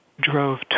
Drove